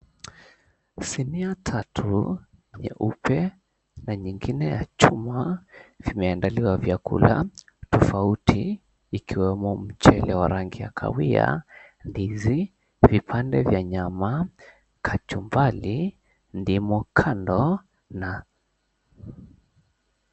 Sinia tatu nyeupe, na nyingine ya chuma , vimeandaliwa vyakula tofauti ikiwemo mchele wa rangi ya kawia, ndizi , vipande vya nyama, kachumbari, ndimu kando na...